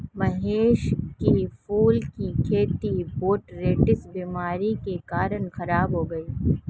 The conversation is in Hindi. महेश के फूलों की खेती बोटरीटिस बीमारी के कारण खराब हो गई